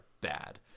bad